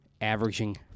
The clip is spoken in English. averaging